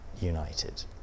united